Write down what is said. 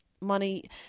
Money